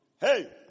Hey